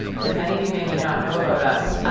because many of you may but not know about us.